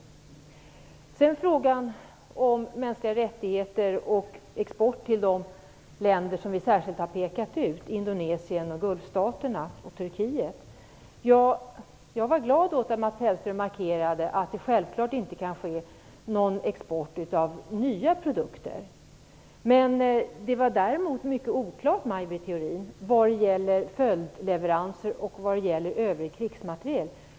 Sedan vill jag komma till frågan om mänskliga rättigheter och export till de länder som vi särskilt har pekat ut: Indonesien, Gulfstaterna och Turkiet. Jag var glad åt att Mats Hellström markerade att det självklart inte kan ske någon export av nya produkter. Det var däremot mycket oklart, Maj Britt Theorin, vad gäller följdleveranser och övrig krigsmateriel.